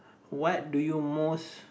what do you most